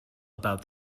about